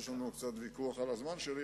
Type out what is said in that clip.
יש לנו קצת ויכוח על הזמן שלי,